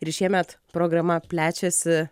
ir šiemet programa plečiasi